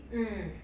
mm